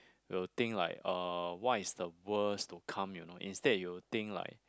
will think like uh what is the worst to come you know instead you think like